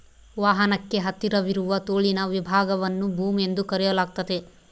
ವಾಹನಕ್ಕೆ ಹತ್ತಿರವಿರುವ ತೋಳಿನ ವಿಭಾಗವನ್ನು ಬೂಮ್ ಎಂದು ಕರೆಯಲಾಗ್ತತೆ